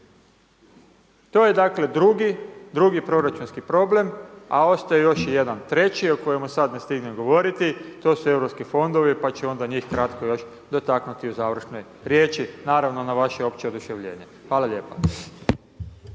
To je dakle, drugi proračunski problem, a ostaje još jedan, treći, o kojemu sada ne stignem govoriti, to su europski fondovi, pa ću onda njih kratko još dotaknuti u završnoj riječi, naravno na vaše opće oduševljenje, hvala lijepo.